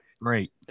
great